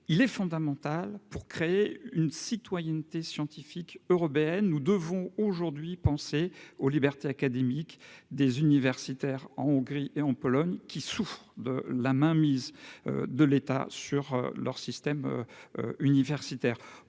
il est fondamental pour créer une citoyenneté scientifique européenne, nous devons aujourd'hui penser aux libertés académiques des universitaires en Hongrie et en Pologne, qui souffrent de la mainmise de l'État sur leur système universitaire,